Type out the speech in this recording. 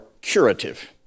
curative